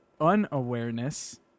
unawareness